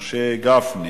משה גפני.